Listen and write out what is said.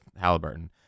Halliburton